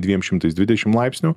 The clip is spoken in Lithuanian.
dviem šimtais dvidešimt laipsnių